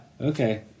Okay